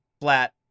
flat